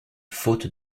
faute